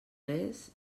res